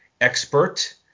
expert